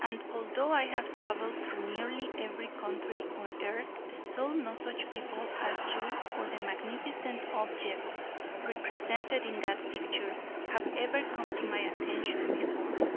and although i have traveled through nearly every country on earth still no such people as you or the magnificent objects represented in that picture have ever come to my attention before.